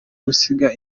gusiga